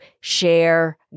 share